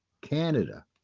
Canada